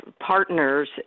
partners